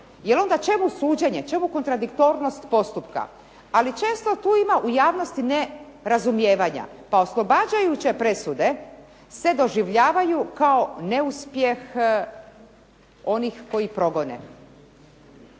jer onda čemu suđenje, čemu kontradiktornost postupka, ali često tu ima u javnosti nerazumijevanja, pa oslobađajuće presude se doživljavaju kao neuspjeh onih koji progone.